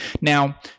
Now